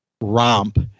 romp